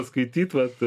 skaityt vat